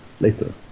later